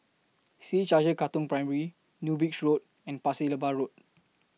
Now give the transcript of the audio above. C H I J Katong Primary New Bridge Road and Pasir Laba Road